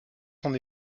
son